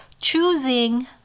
choosing